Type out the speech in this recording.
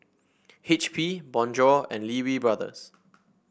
H P Bonjour and Lee Wee Brothers